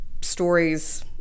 stories